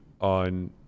on